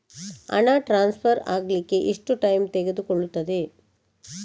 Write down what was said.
ಹಣ ಟ್ರಾನ್ಸ್ಫರ್ ಅಗ್ಲಿಕ್ಕೆ ಎಷ್ಟು ಟೈಮ್ ತೆಗೆದುಕೊಳ್ಳುತ್ತದೆ?